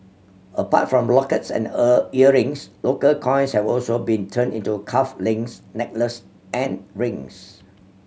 apart from the lockets and earn earrings local coins have also been turned into cuff links necklace and rings